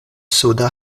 suda